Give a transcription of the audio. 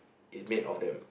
is made of them